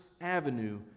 avenue